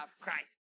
Christ